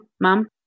mom